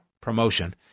promotion